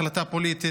החלטה פוליטית,